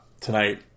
tonight